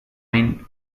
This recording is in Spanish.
mind